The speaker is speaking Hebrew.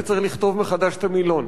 צריך לכתוב מחדש את המילון.